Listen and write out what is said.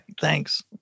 Thanks